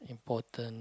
important